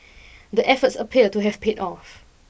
the efforts appear to have paid off